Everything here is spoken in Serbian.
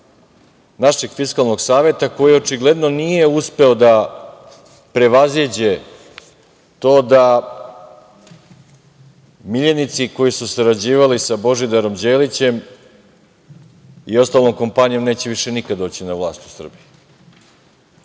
našeg Fiskalnog saveta koji, očigledno nije uspeo da prevaziđe to da miljenici koji su sarađivali sa Božidarom Đelićem i ostalom kompanijom neće više nikada doći na vlast u Srbiju.